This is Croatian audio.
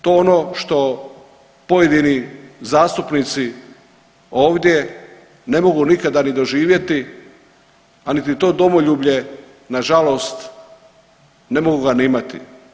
To ono što pojedini zastupnici ovdje ne mogu nikada ni doživjeti, a niti to domoljublje nažalost, ne mogu ga ni imati.